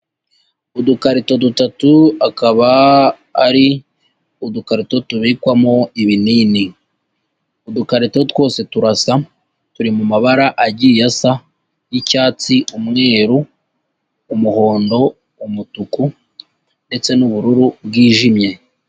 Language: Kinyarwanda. Udukarito dutatu akaba ari udukarito tubikwamo ibinini. Udukarito twose turasa, turi mu mabara agiye asa, y'icyatsi, umweru, umuhondo, umutuku ndetse n'ubururu bwijimye.